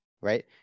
right